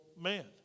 man